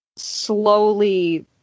Slowly